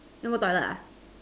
you want go toilet ah